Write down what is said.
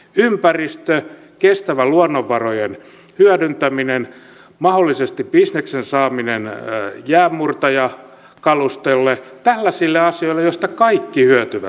ympäristö kestävä luonnonvarojen hyödyntäminen mahdollisesti bisneksen saaminen jäänmurtajakalustolle tällaisia asioita joista kaikki hyötyvät